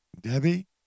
Debbie